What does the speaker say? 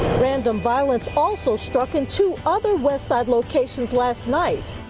and um violence also struck and two other west side locations last night.